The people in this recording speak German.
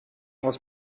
aus